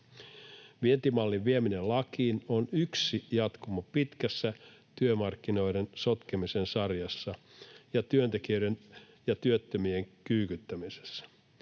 Vientimallin vieminen lakiin on yksi jatkumo pitkässä työmarkkinoiden sotkemisen sarjassa ja työntekijöiden ja työttömien kyykyttämisessä.